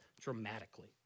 dramatically